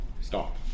stop